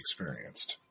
experienced